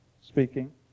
speaking